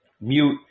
Mute